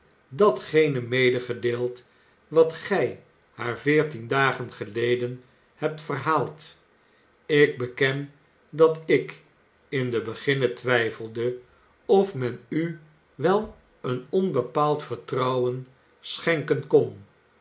datgene medegedeeld wat gij haar veertien dagen geleden hebt verhaald ik beken dat ik in den beginne twijfelde of men u wel een onbepaald vertrouwen schenken kon